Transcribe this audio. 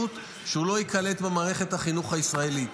שהוא לא ייקלט במערכת החינוך הישראלית.